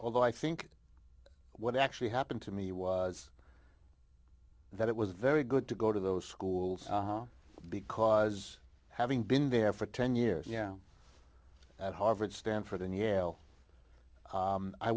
although i think what actually happened to me was that it was very good to go to those schools because having been there for ten years yeah at harvard stanford and y